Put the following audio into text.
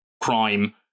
crime